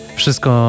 wszystko